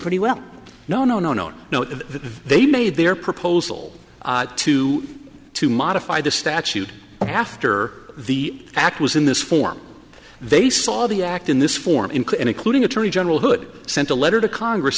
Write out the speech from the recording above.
pretty well no no no no no no they made their proposal to to modify the statute after the act was in this form they saw the act in this form in including attorney general hood sent a letter to congress